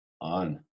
on